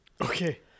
Okay